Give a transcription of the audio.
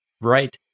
Right